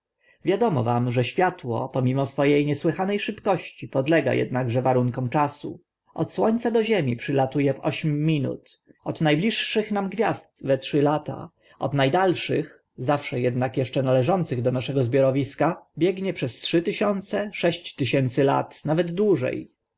wiadomo wam że światło pomimo swo e niesłychane szybkości podlega ednakże warunkom czasu od słońca do ziemi przylatu e w ośm minut od na bliższych nam gwiazd we trzy lata od na dalszych zawsze ednak eszcze należących do naszego zbiorowiska biegnie przez trzy tysiące sześć tysięcy lat nawet dłuże